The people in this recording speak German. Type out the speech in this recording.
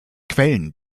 quellen